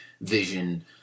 vision